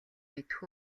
мэдэх